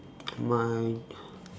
mine